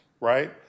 right